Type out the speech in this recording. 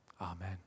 Amen